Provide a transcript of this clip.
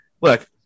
look